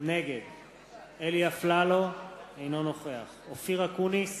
נגד אלי אפללו, אינו נוכח אופיר אקוניס,